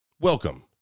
Welcome